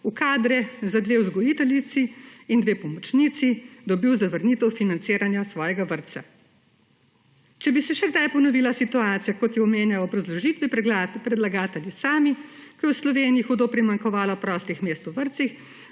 v kadre, za dve vzgojiteljici in dve pomočnici, dobil zavrnitev financiranja svojega vrtca. Če bi se še kdaj ponovila situacija, kot jo omenjajo pri obrazložitvi predlagatelji sami, ko je v Sloveniji hudo primanjkovalo prostih mest v vrtcih,